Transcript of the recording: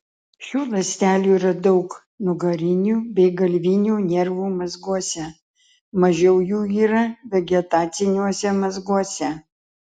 šių ląstelių yra daug nugarinių bei galvinių nervų mazguose mažiau jų yra vegetaciniuose mazguose